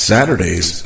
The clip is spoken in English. Saturdays